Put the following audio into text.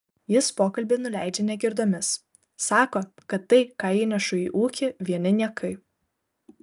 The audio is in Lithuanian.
jis pokalbį nuleidžia negirdomis sako kad tai ką įnešu į ūkį vieni niekai